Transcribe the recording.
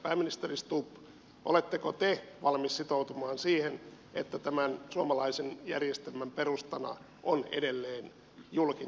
pääministeri stubb oletteko te valmis sitoutumaan siihen että tämän suomalaisen järjestelmän perustana on edelleen julkinen järjestäminen